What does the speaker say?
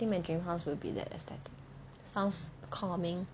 I think my dream house will be that aesthetic sounds calming